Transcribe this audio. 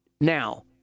now